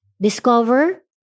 discover